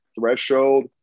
threshold